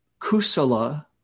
kusala